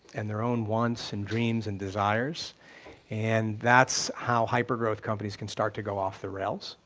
and their own wants and dreams and desires and that's how hyper growth companies can start to go off the rails,